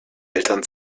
eltern